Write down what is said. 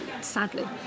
sadly